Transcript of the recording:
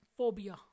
Phobia